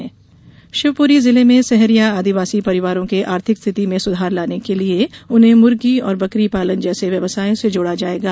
सहरिया शिवपुरी जिले में सहरिया आदिवासी परिवारों के आर्थिक स्थिति में सुधार लाने के लिए उन्हें मुर्गी और बकरी पालन जैसे व्यवसायों से जोड़ा जायेगा